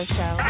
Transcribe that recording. Show